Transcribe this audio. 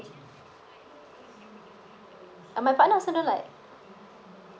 ah my partner also don't like